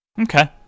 Okay